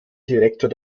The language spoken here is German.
direktor